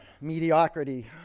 mediocrity